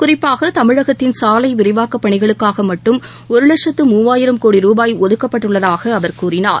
குறிப்பாக தமிழகத்தின் சாலை விரிவாக்கப் பணிகளுக்காக மட்டும் ஒரு வட்சத்து மூவாயிரம் கோடி ரூபாய் ஒதுக்கப்பட்டுள்ளதாக அவர் கூறினார்